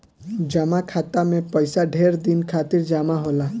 जमा खाता मे पइसा ढेर दिन खातिर जमा होला